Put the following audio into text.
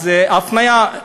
אז הפניה,